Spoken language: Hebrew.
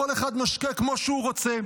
כל אחד משקה כמו שהוא רוצה.